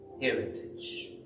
heritage